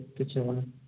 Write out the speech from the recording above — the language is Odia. କିଛି ହେବନି